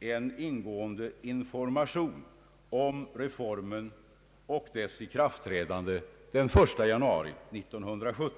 en ingående information om reformen och dess ikraftträdande den 1 januari 1970.